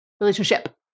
Relationship